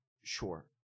sure